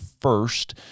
first